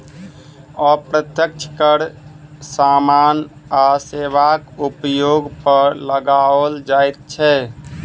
अप्रत्यक्ष कर सामान आ सेवाक उपयोग पर लगाओल जाइत छै